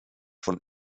von